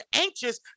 anxious